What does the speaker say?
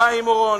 חיים אורון,